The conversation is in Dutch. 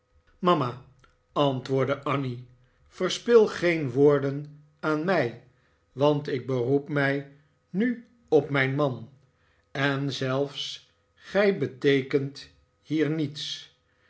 mama antwoordde annie verspii geen woorden aan mij want ik beroep mij nu op mijn man en zelfs gij beteekent hier niets